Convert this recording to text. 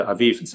Aviv